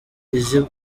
izi